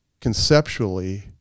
conceptually